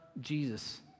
Jesus